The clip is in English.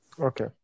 Okay